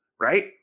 right